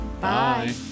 Bye